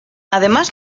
además